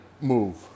move